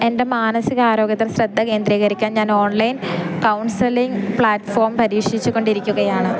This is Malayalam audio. എൻ്റെ മാനസികാരോഗ്യത്തിൽ ശ്രദ്ധ കേന്ദ്രീകരിക്കാൻ ഞാൻ ഓൺലൈൻ കൗൺസലിങ് പ്ലാറ്റ്ഫോം പരീക്ഷിച്ചുകൊണ്ടിരിക്കുകയാണ്